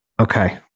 Okay